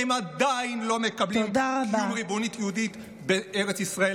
והם עדיין לא מקבלים קיום ריבונות יהודית בארץ ישראל,